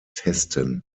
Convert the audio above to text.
testen